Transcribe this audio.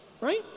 right